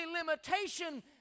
limitation